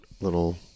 little